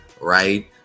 right